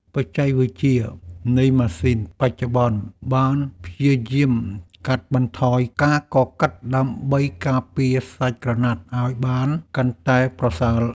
បច្ចេកវិទ្យានៃម៉ាស៊ីនបច្ចុប្បន្នបានព្យាយាមកាត់បន្ថយការកកិតដើម្បីការពារសាច់ក្រណាត់ឱ្យបានកាន់តែប្រសើរ។